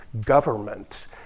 government